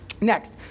next